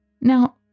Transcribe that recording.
Now